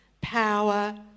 power